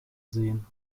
sehen